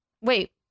Wait